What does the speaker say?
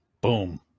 Boom